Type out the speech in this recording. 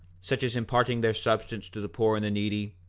such as imparting their substance to the poor and the needy,